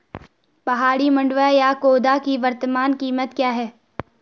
पहाड़ी मंडुवा या खोदा की वर्तमान कीमत क्या है?